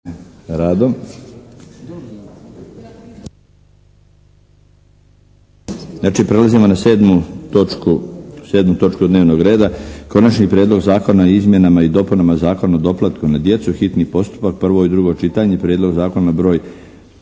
radom. Znači, prelazimo na 7. točku dnevnog reda - Konačni prijedlog zakona o izmjenama i dopunama Zakona o doplatku za djecu, hitni postupak – prvo i drugo čitanje, P.Z. BR. 588